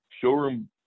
showroom